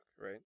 right